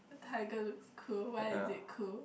a tiger is cool where is it cool